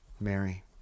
Mary